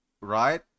right